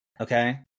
Okay